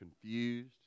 confused